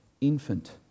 infant